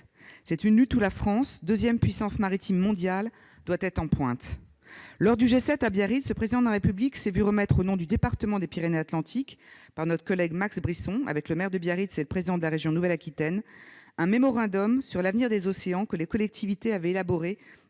C'est une lutte dans laquelle la France, deuxième puissance maritime mondiale, doit être en pointe. Lors du sommet du G7, à Biarritz, le Président de la République s'est vu remettre, au nom du département des Pyrénées-Atlantiques, par notre collègue Max Brisson, accompagné du maire de Biarritz et du président de la région Nouvelle-Aquitaine, un mémorandum sur l'avenir des océans élaboré par les collectivités dans le